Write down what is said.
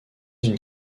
une